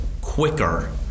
quicker